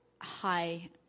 high